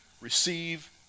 receive